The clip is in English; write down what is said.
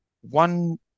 One